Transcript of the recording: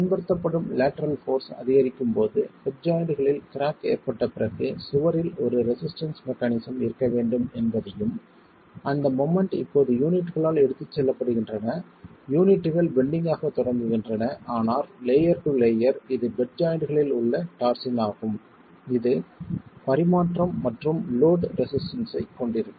பயன்படுத்தப்படும் lateral force அதிகரிக்கும் போது ஹெட் ஜாய்ண்ட்களில் கிராக் ஏற்பட்ட பிறகு சுவரில் ஒரு ரெசிஸ்டன்ஸ் மெக்கானிசம் இருக்க வேண்டும் என்பதையும் அந்தத் மொமெண்ட் இப்போது யூனிட்களால் எடுத்துச் செல்லப்படுகின்றன யூனிட்கள் பெண்டிங் ஆகத் தொடங்குகின்றன ஆனால் லேயர் டு லேயர் இது பெட் ஜாய்ண்ட்களில் உள்ள டார்ஸின் ஆகும் இது பரிமாற்றம் மற்றும் லோட் ரெசிஸ்டன்ஸ் ஐக் கொண்டிருக்கும்